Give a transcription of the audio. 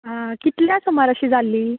आं कितल्यांक सुमार अशी जाल्ली